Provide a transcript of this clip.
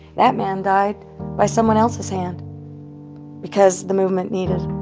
that man died by someone else's hand because the movement needed